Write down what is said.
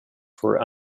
for